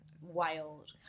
wild